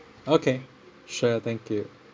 okay sure thank you